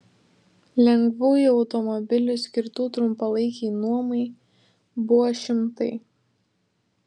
lengvųjų automobilių skirtų trumpalaikei nuomai buvo šimtai